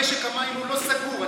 משק המים לא סגור.